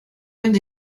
and